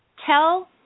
Tell